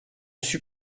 suis